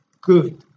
good